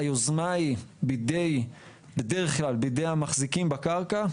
היוזמה היא בדרך כלל בידי המחזיקים בקרקע,